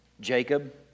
Jacob